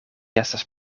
estas